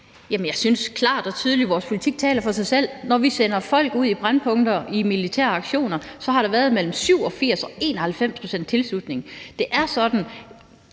jeg synes, at vores politik taler for sig selv – klart og tydeligt. Når vi sender folk ud til brændpunkter i militære aktioner, har der været mellem 87 og 91 pct.s tilslutning.